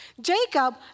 Jacob